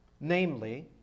namely